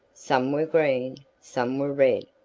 some were green, some were red,